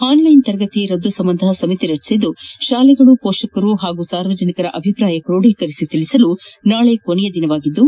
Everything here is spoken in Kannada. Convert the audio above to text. ಆನ್ಲೈನ್ ತರಗತಿ ರದ್ದು ಸಂಬಂಧ ಸಮಿತಿ ರಚಿಸಿದ್ದು ತಾಲೆಗಳು ಪೋಷಕರು ಪಾಗೂ ಸಾರ್ವಜನಿಕರ ಅಭಿಪ್ರಾಯ ಕ್ರೋಡೀಕರಿಸಿ ತಿಳಿಸಲು ನಾಳೆ ಕೊನೆಯ ದಿನವಾಗಿದ್ದು